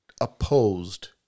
opposed